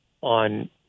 on